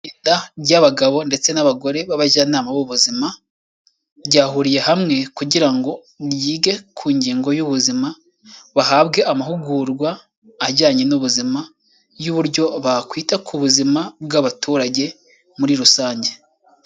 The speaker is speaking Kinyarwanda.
Ida ry'abagabo ndetse n'abagore b'abajyanama b'ubuzima ryahuriye hamwe kugira ngo yige ku ngingo y'ubuzima bahabwe amahugurwa ajyanye n'ubuzima y'uburyo bakwita ku buzima bw'abaturage muri rusange.